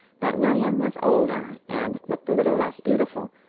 but william was older and looked a little less beautiful,